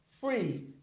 free